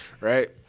right